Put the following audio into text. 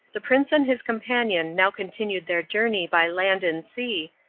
the prince and his companion now continued their journey by land and sea,